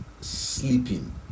sleeping